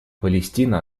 палестина